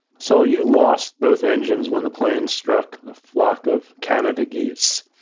so you lost both engines when the plane struck a flock of canada geese.